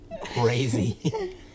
crazy